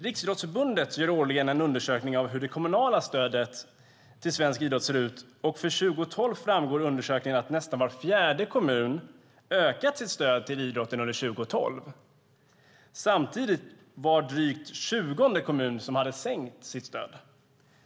Riksidrottsförbundet gör årligen en undersökning av hur det kommunala stödet till svensk idrott ser ut. För 2012 framgår i undersökningen att nästan var fjärde kommun ökade sitt stöd till idrotten under 2012. Samtidigt var det drygt var tjugonde kommun som sänkte stödet.